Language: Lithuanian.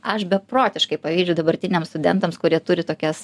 aš beprotiškai pavydžiu dabartiniams studentams kurie turi tokias